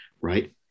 right